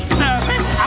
service